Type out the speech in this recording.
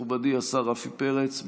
מכובדי השר רפי פרץ.